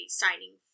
signing